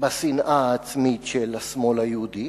בשנאה העצמית של השמאל היהודי.